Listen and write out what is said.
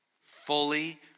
Fully